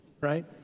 right